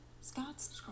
Scott's